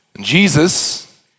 Jesus